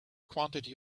quantity